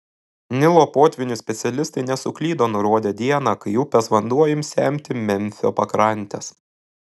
nilo potvynių specialistai nesuklydo nurodę dieną kai upės vanduo ims semti memfio pakrantes